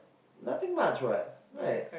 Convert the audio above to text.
nothing much what right